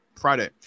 Friday